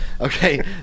Okay